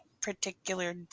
particular